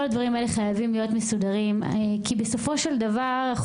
כל הדברים האלה חייבים להיות מסודרים כי בסופו של דבר אנחנו